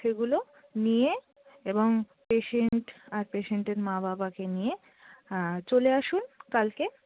সেগুলো নিয়ে এবং পেশেন্ট আর পেশেন্টের মা বাবাকে নিয়ে চলে আসুন কালকে